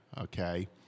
okay